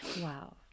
Wow